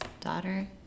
daughter